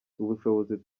ubushobozi